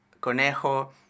Conejo